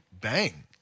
bang